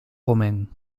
romains